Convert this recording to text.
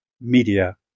media